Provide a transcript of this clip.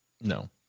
No